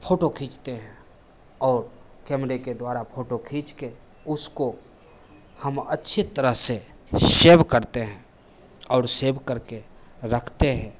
photo खींचते हैं और कैमरे के द्वारा फ़ोटो खींचकर उसको हम अच्छी तरह से सेव करते हैं और सेव करके रखते हैं